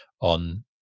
on